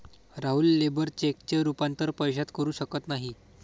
Rahul labour चेकचे रूपांतर पैशात करू शकत नाही